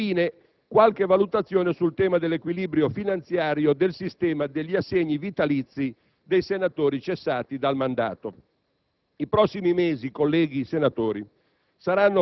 Infine, qualche valutazione sul tema dell'equilibrio finanziario del sistema degli assegni vitalizi dei senatori cessati dal mandato. I prossimi mesi, colleghi senatori,